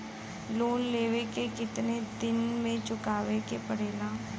Loan लेवे के कितना दिन मे चुकावे के पड़ेला?